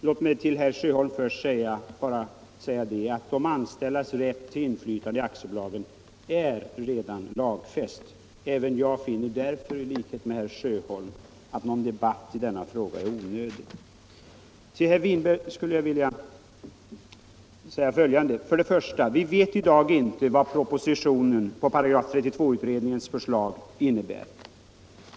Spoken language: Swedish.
Herr talman! Låt mig till herr Sjöholm bara säga det att de anställdas rätt till inflytande i aktiebolagen redan är lagfäst. Jag finner därför i likhet med herr Sjöholm att en debatt i denna fråga är onödig. Till herr Winberg skulle jag vilja säga följande. För det första vet vi inte i dag vad propositionen på § 32-utredningens förslag innebär.